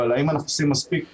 אבל האם אנחנו עושים מספיק?